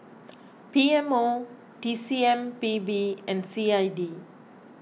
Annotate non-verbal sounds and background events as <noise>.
<noise> P M O T C M P B and C I D